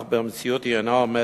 אך במציאות היא אינה עומדת.